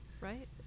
right